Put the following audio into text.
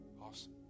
awesome